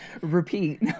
repeat